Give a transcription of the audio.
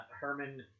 Herman